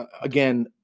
again